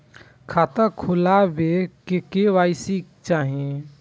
खाता खोला बे में के.वाई.सी के चाहि?